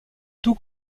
tout